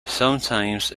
sometimes